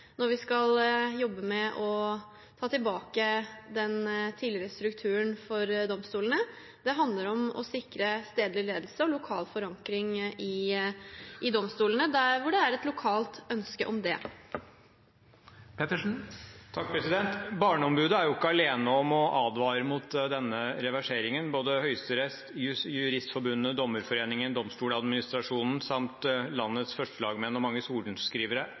når vi skal jobbe med å ta tilbake den tidligere strukturen for domstolene. Det handler om å sikre stedlig ledelse og lokal forankring i domstolene der hvor det er et lokalt ønske om det. Barneombudet er jo ikke alene om å advare mot denne reverseringen. Både Høyesterett, Juristforbundet – Dommerforeningen, Domstoladministrasjonen samt landets førstelagmenn og mange sorenskrivere